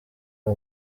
uwo